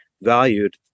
valued